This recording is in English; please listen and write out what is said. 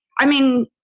i mean,